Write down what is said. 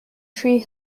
tree